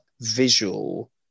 visual